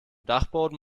dachboden